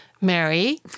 Mary